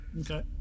Okay